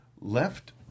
Left